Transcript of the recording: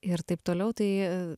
ir taip toliau tai